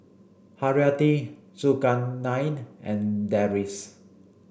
Haryati Zulkarnain and Deris